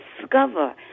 discover